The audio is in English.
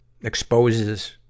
exposes